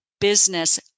business